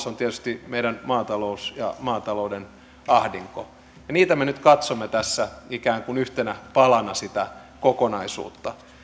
on tietysti meidän maatalous ja maatalouden ahdinko niitä me nyt katsomme tässä ikään kuin yhtenä palana sitä kokonaisuutta